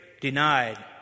denied